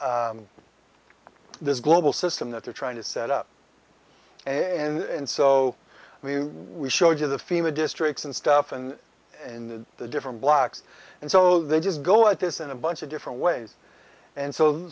this global system that they're trying to set up in so when we showed you the fema districts and stuff and and the different blocks and so they just go at this in a bunch of different ways and so